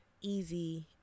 easy